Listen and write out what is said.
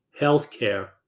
healthcare